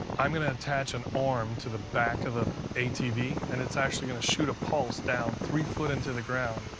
i'm gonna attach an arm to the back of the atv and it's actually gonna shoot a pulse down three foot into the ground,